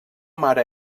mare